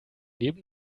neben